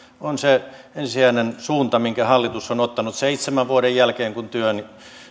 on se ensisijainen suunta minkä hallitus on ottanut seitsemän vuoden jälkeen kun työn